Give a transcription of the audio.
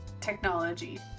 technology